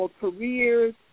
careers